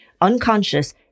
Unconscious